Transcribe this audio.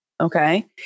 okay